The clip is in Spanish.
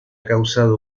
causado